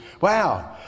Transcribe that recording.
Wow